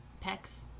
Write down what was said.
Pecs